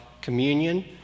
communion